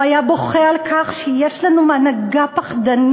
הוא היה בוכה על כך שיש לנו הנהגה פחדנית,